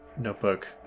notebook